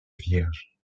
vierge